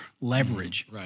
leverage